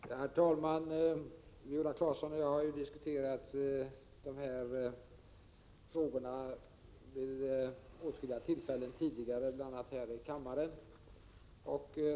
Herr talman! Viola Claesson och jag har, bl.a. här i kammaren, diskuterat dessa frågor vid åtskilliga tillfällen tidigare.